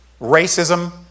racism